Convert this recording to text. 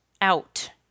out